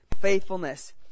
faithfulness